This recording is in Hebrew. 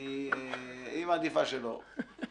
היא מעדיפה שלא.